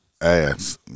ass